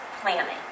planning